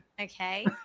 okay